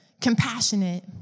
compassionate